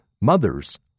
mothers